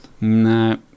No